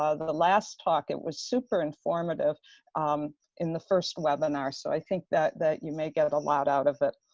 ah the the last talk, it was super informative in the first webinar, so i think that that you may get a lot out of it.